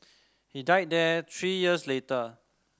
he died there three years later